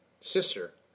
sister